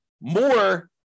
more